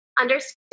understand